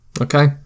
Okay